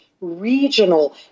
regional